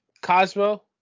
cosmo